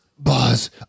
buzz